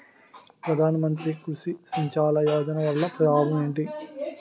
ప్రధాన మంత్రి కృషి సించాయి యోజన వల్ల లాభం ఏంటి?